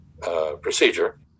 procedure